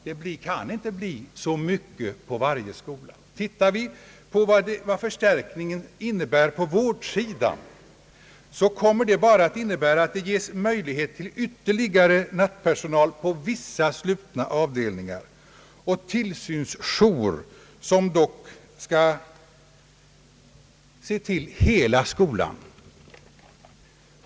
Det kan inte bli så mycket på varje skola. Förstärkningen på vårdsidan innebär endast att det ges möjlighet till ytterligare nattpersonal på vissa slutna avdelningar och till tillsynsjour som dock skall se till hela skolan.